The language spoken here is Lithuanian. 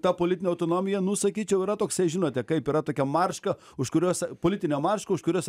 ta politinė autonomija nu sakyčiau yra toksai žinote kaip yra tokia marška už kurios politinė marška už kurios